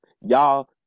y'all